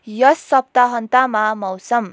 यस सप्ताहान्तमा मौसम